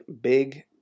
big